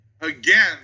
Again